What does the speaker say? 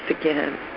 again